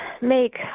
make